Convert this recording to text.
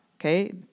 okay